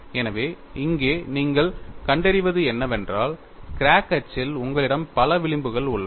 எனவே இங்கே நீங்கள் கண்டறிவது என்னவென்றால் கிராக் அச்சில் உங்களிடம் பல விளிம்புகள் உள்ளன